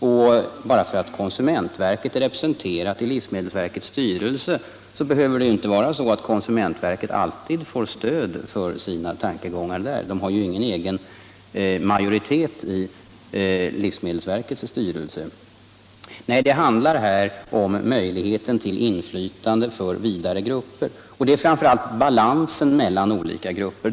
Bara därför att konsumentverket är representerat i livsmedelsverkets styrelse behöver det väl inte vara så, att konsumentverket alltid får stöd för sina tankegångar där — verket har ju ingen egen majoritet i livsmedelsverkets styrelse! Nej det handlar här om möjligheten till inflytande för vida grupper och framför allt om balansen mellan olika grupper.